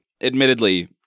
admittedly